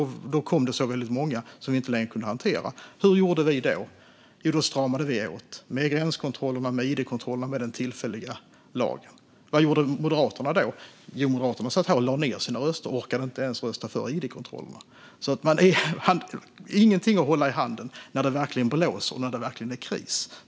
Då kom det så många som vi inte längre kunde hantera. Hur gjorde vi då? Jo, då stramade vi åt med gränskontroller, id-kontroller och den tillfälliga lagen. Vad gjorde Moderaterna? Jo, ni satt här och lade ned era röster och orkade inte ens rösta för id-kontroller. Ni är ingenting att hålla i handen när det verkligen blåser och är kris.